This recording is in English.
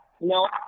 No